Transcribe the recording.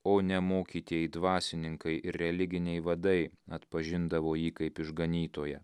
o ne mokytieji dvasininkai ir religiniai vadai atpažindavo jį kaip išganytoją